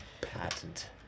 Patent